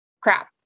crap